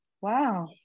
Wow